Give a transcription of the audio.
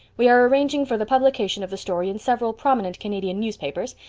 we are arranging for the publication of the story in several prominent canadian newspapers,